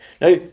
Now